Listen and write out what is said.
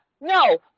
No